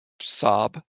sob